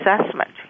assessment